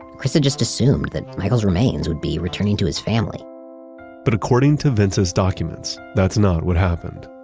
chris had just assumed that michael's remains would be returning to his family but according to vince's documents, that's not what happened.